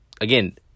again